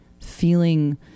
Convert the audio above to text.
feeling